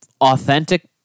authentic